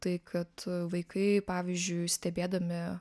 tai kad vaikai pavyzdžiui stebėdami